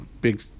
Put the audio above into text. big